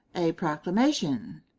a proclamation.